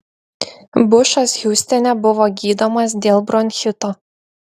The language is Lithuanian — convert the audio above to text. bušas hiūstone buvo gydomas dėl bronchito